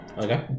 Okay